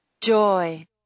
Joy